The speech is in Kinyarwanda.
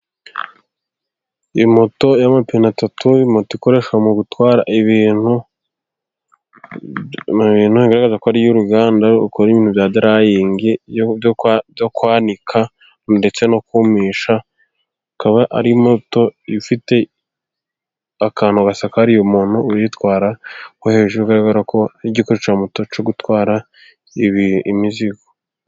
Moto y'amapine atatu moto, ikoreshwa mu gutwara ibintu igaragaza ko ariyo'uruganda, ukora ibintu bya darayingi ndetse no kumisha ukaba arito ifite akantu gasa ka umuntu uyitwara wo hejuru ugaragara ko igikoresho moto cyo gutwara imizigo.